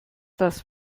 das